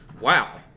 Wow